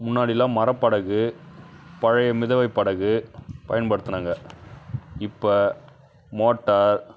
முன்னாடியெல்லாம் மரப்படகு பழைய மிதவைப் படகு பயன்படுத்தினாங்க இப்போ மோட்டார்